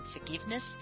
forgiveness